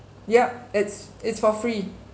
yup it's it's for free